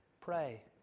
Pray